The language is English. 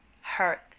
hurt